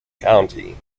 county